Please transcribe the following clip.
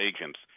agents